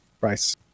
price